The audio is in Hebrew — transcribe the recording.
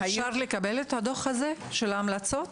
האם אפשר לקבל את הדוח הזה של ההמלצות?